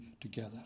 together